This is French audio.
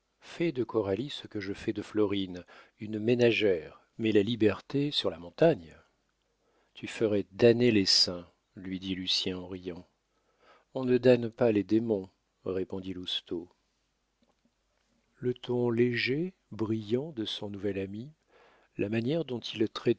fais de coralie ce que je fais de florine une ménagère mais la liberté sur la montagne tu ferais damner les saints lui dit lucien en riant on ne damne pas les démons répondit lousteau le ton léger brillant de son nouvel ami la manière dont il